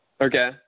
Okay